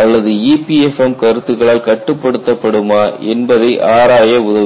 அல்லது EPFM கருத்துகளால் கட்டுப்படுத்தப்படுமா என்பதை ஆராய உதவுகிறது